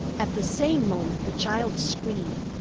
at the same moment the child screamed,